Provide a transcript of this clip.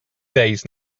days